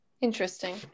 Interesting